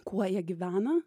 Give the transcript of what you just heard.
kuo jie gyvena